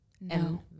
No